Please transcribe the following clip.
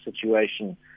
situation